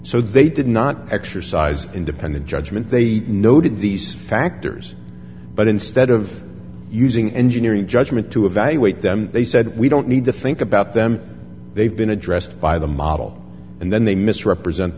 so they did not exercise independent judgment they noted these factors but instead of using engineering judgment to evaluate them they said we don't need to think about them they've been addressed by the model and then they misrepresent